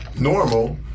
normal